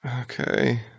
Okay